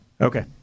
Okay